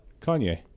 Kanye